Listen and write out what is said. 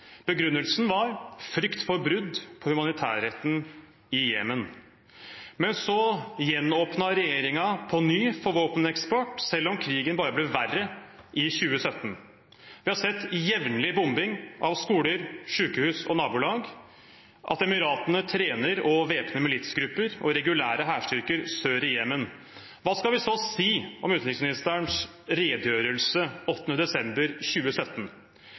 Begrunnelsen var frykt for brudd på humanitærretten i Jemen. Så åpnet regjeringen på ny for våpeneksport, selv om krigen ble verre i 2017. Vi har sett jevnlig bombing av skoler, sykehus og nabolag, og at Emiratene trener og bevæpner militsgrupper og regulære hærstyrker sør i Jemen. Hva skal vi så si om utenriksministerens redegjørelse den 8. desember 2017?